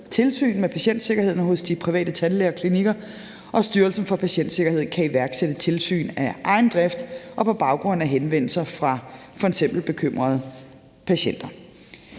tilsyn med patientsikkerheden hos de private tandlæger og klinikker, og Styrelsen for Patientsikkerhed kan iværksætte tilsyn af egen drift og på baggrund af henvendelser fra f.eks. bekymrede patienter.